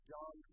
John